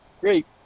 great